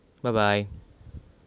bye bye